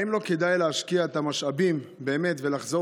האם לא כדאי להשקיע את המשאבים באמת ולחזור